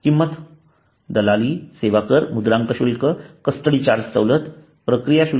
किंमत दलाली सेवा कर मुद्रांक शुल्क कस्टडी चार्ज सवलत प्रक्रिया शुल्क